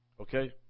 Okay